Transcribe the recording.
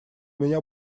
меня